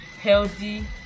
healthy